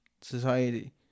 society